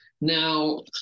Now